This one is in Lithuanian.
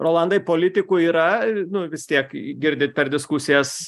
rolandai politikų yra nu vis tiek girdit per diskusijas